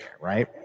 Right